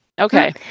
Okay